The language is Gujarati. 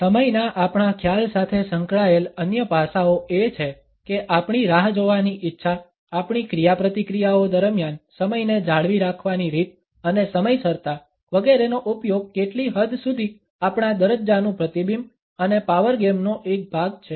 સમયના આપણા ખ્યાલ સાથે સંકળાયેલ અન્ય પાસાઓ એ છે કે આપણી રાહ જોવાની ઇચ્છા આપણી ક્રિયાપ્રતિક્રિયાઓ દરમિયાન સમયને જાળવી રાખવાની રીત અને સમયસરતા વગેરેનો ઉપયોગ કેટલી હદ સુધી આપણા દરજ્જાનું પ્રતિબિંબ અને પાવર ગેમ નો એક ભાગ છે